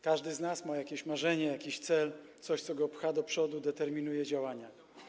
Każdy z nas ma jakieś marzenie, jakiś cel, coś, co go pcha do przodu, determinuje działania.